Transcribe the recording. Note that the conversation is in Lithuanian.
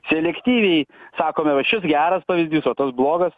selektyviai sakome va šis geras pavyzdys o tas blogas